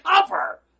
cover